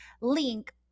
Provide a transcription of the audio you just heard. link